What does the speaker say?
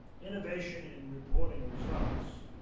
innovation and reporting results,